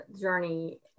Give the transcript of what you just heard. Journey